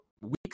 weeks